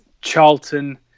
Charlton